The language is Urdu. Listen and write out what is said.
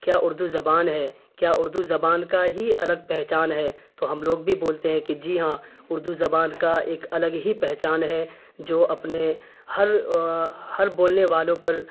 کیا اردو زبان ہے کیا اردو زبان کا ہی الگ پہچان ہے تو ہم لوگ بھی بولتے ہیں کہ جی ہاں اردو زبان کا ایک الگ ہی پہچان ہے جو اپنے ہر ہر بولنے والوں پر